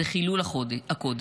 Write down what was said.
זה חילול הקודש.